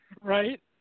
Right